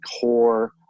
core